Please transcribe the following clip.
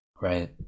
Right